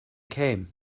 came